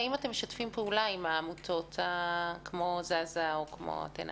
האם אתם משתפים פעולה עם עמותות כמו "זזה" ו"אתנה"?